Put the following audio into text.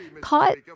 caught